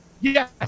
Yes